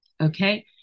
okay